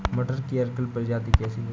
मटर की अर्किल प्रजाति कैसी है?